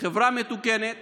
בחברה מתוקנת